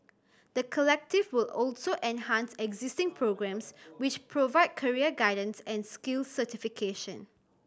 the Collective will also enhance existing programmes which provide career guidance and skills certification